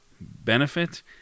benefit